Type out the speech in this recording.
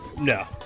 No